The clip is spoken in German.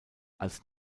als